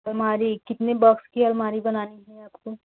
अलमारी कितने बॉक्स की अलमारी बनानी है आपको